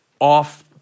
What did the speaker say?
off